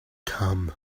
come